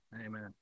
amen